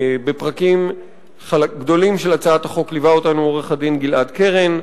בפרקים גדולים של הצעת החוק ליווה אותנו עו"ד גלעד קרן,